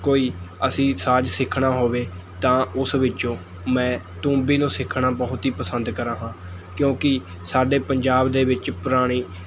ਕੋਈ ਅਸੀਂ ਸਾਜ਼ ਸਿੱਖਣਾ ਹੋਵੇ ਤਾਂ ਉਸ ਵਿੱਚੋਂ ਮੈਂ ਤੂੰਬੀ ਨੂੰ ਸਿੱਖਣਾ ਬਹੁਤ ਹੀ ਪਸੰਦ ਕਰਾਂ ਹਾਂ ਕਿਉਂਕਿ ਸਾਡੇ ਪੰਜਾਬ ਦੇ ਵਿੱਚ ਪੁਰਾਣੀ